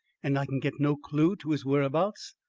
and i can get no clew to his whereabouts.